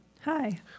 Hi